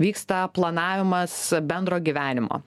vyksta planavimas bendro gyvenimo